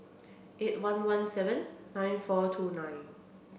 eight one one seven nine four two nine